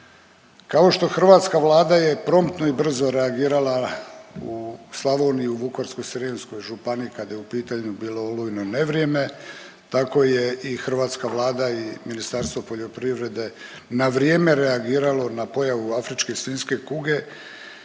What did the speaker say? kako što hrvatska Vlada je promptno i brzo reagirala u Slavoniji, u Vukovarsko-srijemskoj županiji kada je u pitanju bilo olujno nevrijeme tako je i hrvatska Vlada i Ministarstvo poljoprivrede na vrijeme reagiralo na pojavu afričke svinjske kuge